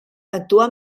actuar